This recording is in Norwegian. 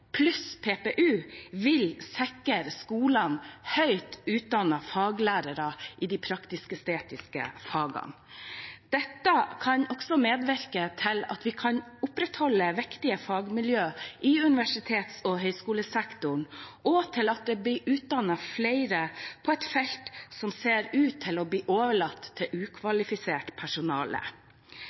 pluss PPU vil sikre skolene høyt utdannede faglærere i de praktisk-estetiske fagene. Dette kan også medvirke til at vi kan opprettholde viktige fagmiljøer i universitets- og høyskolesektoren, og til at det blir utdannet flere på et felt som ser ut til å bli overlatt til ukvalifisert personale.